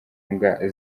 mbwa